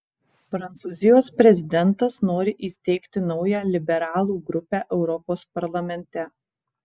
prancūzijos prezidentas nori įsteigti naują liberalų grupę europos parlamente